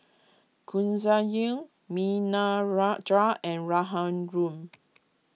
Ghanshyam and Raghuram